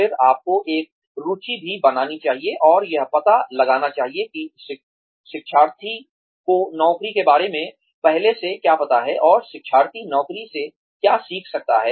फिर आपको एक रुचि भी बनानी चाहिए और यह पता लगाना चाहिए कि शिक्षार्थी को नौकरी के बारे में पहले से क्या पता है और शिक्षार्थी नौकरी से क्या सीख सकता है